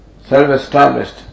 self-established